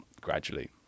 gradually